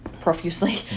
profusely